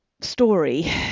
story